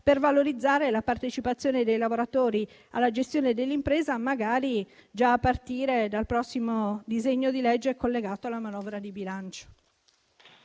per valorizzare la partecipazione dei lavoratori alla gestione dell'impresa, magari già a partire dal prossimo disegno di legge collegato alla manovra di bilancio.